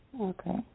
Okay